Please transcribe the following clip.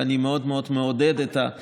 אני מאוד מאוד מעודד את תרבות הוויכוח.